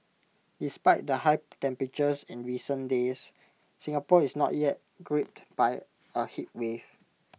despite the high temperatures in recent days Singapore is not yet gripped by A heatwave